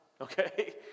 okay